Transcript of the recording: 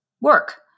Work